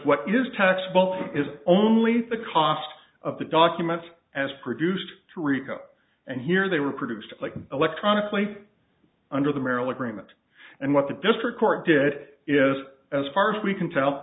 what is taxable is only the cost of the documents as produced three cup and here they were produced electronically under the merrill agreement and what the district court did is as far as we can tell